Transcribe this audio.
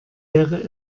wäre